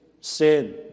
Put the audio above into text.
sin